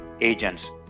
agents